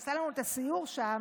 שעשה לנו את הסיור שם,